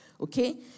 Okay